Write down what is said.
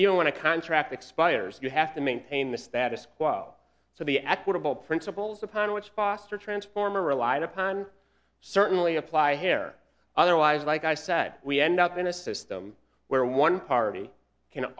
a contract expires you have to maintain the status quo so the equitable principles upon which foster transformer relied upon certainly apply here otherwise like i said we end up in a system where one party can